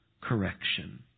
correction